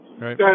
right